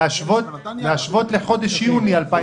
להשוות לחודש יוני 2019,